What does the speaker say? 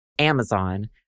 Amazon